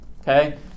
Okay